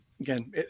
again